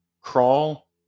Crawl